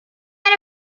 شوهر